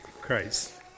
Christ